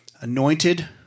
anointed